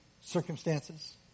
circumstances